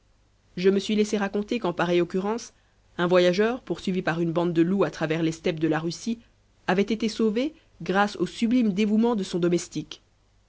je me suis laissé raconter qu'en pareille occurrence un voyageur poursuivi par une bande de loups à travers les steppes de la russie avait été sauvé grâce au sublime dévouement de son domestique